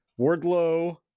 Wardlow